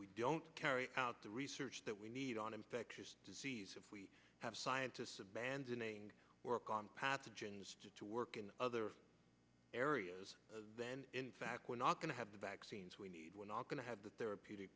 we don't carry out the research that we need on infectious disease if we have scientists abandoning work on pathogens to work in other areas then in fact we're not going to have the vaccines we need we're not going to have the therapeutic